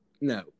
no